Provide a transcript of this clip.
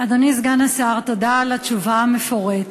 אדוני סגן השר, תודה על התשובה המפורטת.